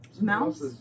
mouse